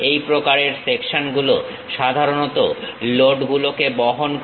এই প্রকারের সেকশন গুলো সাধারণত লোড গুলোকে বহন করে